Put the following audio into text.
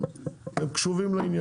הם קשובים לעניין.